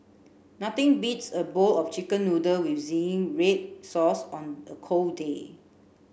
nothing beats a bowl of chicken noodle with red sauce on a cold day